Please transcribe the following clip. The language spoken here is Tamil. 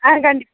ஆ கண்டிப்பா